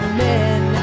men